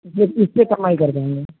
जी इससे कम नहीं कर पाएँगे